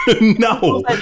no